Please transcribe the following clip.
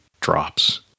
drops